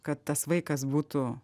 kad tas vaikas būtų